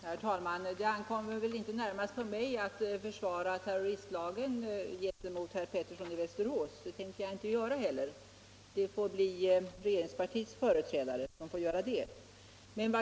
Herr talman! Det ankommer inte närmast på mig att försvara terroristlagen gentemot herr Pettersson i Västerås. Det tänker jag inte göra heller. Det får regeringspartiets företrädare göra.